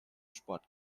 sport